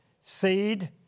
seed